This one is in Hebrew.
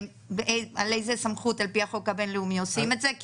ולפי איזו סמכות בחוק הבינלאומי עושים את זה.